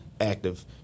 active